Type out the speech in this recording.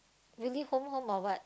really home home or what